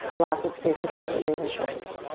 lots of space between the ears and shoulders.